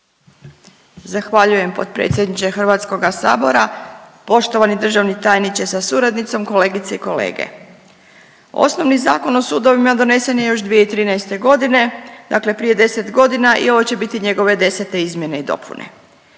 Zahvaljujem potpredsjedniče HS. Poštovani državni tajniče sa suradnicom, kolegice i kolege, osnovni Zakon o sudovima donesen je još 2013.g., dakle prije 10.g. i ovo će biti njegove desete izmjene i dopune.